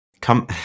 Come